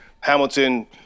Hamilton